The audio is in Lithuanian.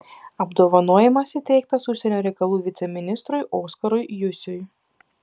apdovanojimas įteiktas užsienio reikalų viceministrui oskarui jusiui